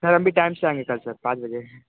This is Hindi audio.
सर हम भी कल टाइम से आएँगे कल सर पाँच बजे